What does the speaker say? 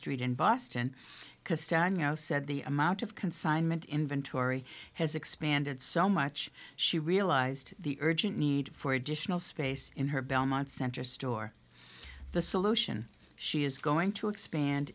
danielle said the amount of consignment inventory has expanded so much she realized the urgent need for additional space in her belmont center store the solution she is going to expand